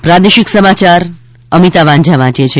પ્રાદેશિક સમાચાર અમિતા વાંઝા વાંચે છે